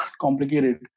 complicated